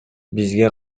бизге